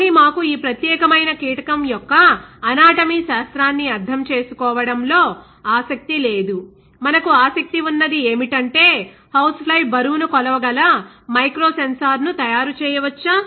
కానీ మాకు ఈ ప్రత్యేకమైన కీటకం యొక్క అనాటమీ శాస్త్రాన్ని అర్థం చేసుకోవడంలో ఆసక్తి లేదు మనకు ఆసక్తి ఉన్నది ఏమిటంటే హౌస్ఫ్లై బరువును కొలవగల మైక్రో సెన్సార్ ను తయారు చేయవచ్చా